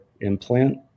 implant